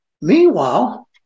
Meanwhile